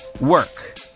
work